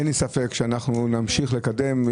אין לי ספק שאנחנו נמשיך לקדם.